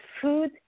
food –